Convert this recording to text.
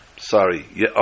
Sorry